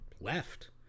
left